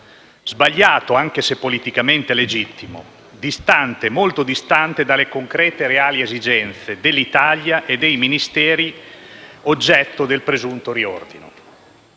sbagliato anche se politicamente legittimo e distante, molto distante, dalle concrete reali esigenze dell'Italia e dei Ministeri oggetto del presunto riordino.